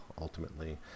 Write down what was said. ultimately